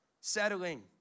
settling